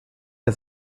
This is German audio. der